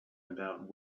about